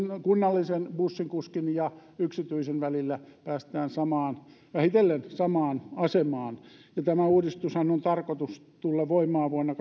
kunnallisen ja yksityisen bussikuskin välillä päästään vähitellen samaan asemaan tämän uudistuksenhan on tarkoitus tulla voimaan vuonna